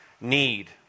need